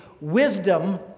wisdom